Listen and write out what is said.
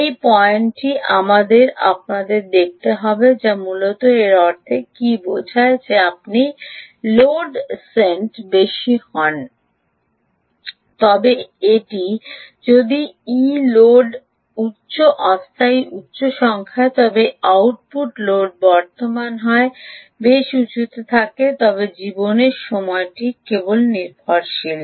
এই পয়েন্টটি আমাদের আমাদের দেখতে হবে যা মূলত এর অর্থ কী তা বোঝায় যে আপনি যদি লোড স্রেন্ট বেশি হন তবে এটি যদি ইলওড উচ্চ অস্থায়ী উচ্চ সংখ্যা হয় তবে আউটপুট লোড বর্তমান হয় বেশ উঁচুতে থাকে তবে জীবনের সময়টি কেবল নির্ভরশীল